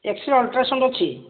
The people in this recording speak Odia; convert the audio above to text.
ଏକ୍ସ ରେ ଅଲଟ୍ରାସାଉଣ୍ଡ ଅଛି